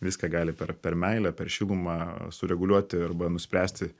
viską gali per per meilę per šilumą sureguliuoti arba nuspręsti